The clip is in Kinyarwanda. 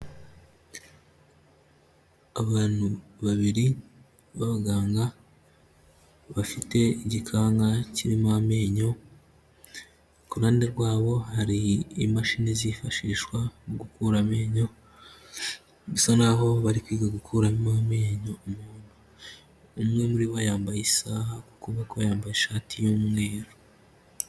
Abantu babiri b'abaganga bafite igikanka kirimo amenyo, kuruhande rwabo hari imashini zifashishwa mu gukura, bisa n'aho bari kwiga gukuramo amenyo, umuntu umwe muri bo yambaye isaha ku kuboko, yambaye ishati y'umweru.